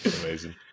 Amazing